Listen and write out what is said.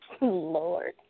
Lord